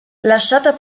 lasciata